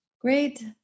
Great